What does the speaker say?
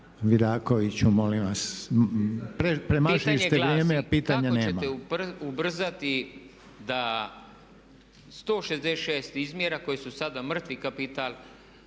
Vidakoviću, premašili ste vrijeme, a pitanja nema./…